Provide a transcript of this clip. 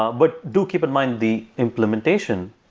ah but do keep in mind the implementation,